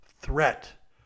threat